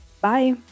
Bye